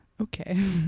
Okay